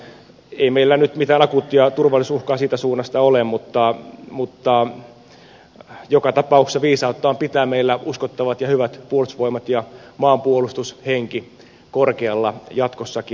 ei meillä nyt mitään akuuttia turvallisuusuhkaa siitä suunnasta ole mutta joka tapauksessa viisautta on pitää meillä uskottavat ja hyvät puolustusvoimat ja maanpuolustushenki korkealla jatkossakin